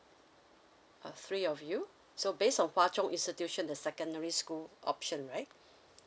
uh three of you so based on hwa chong institution the secondary school option right